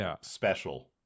special